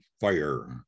Fire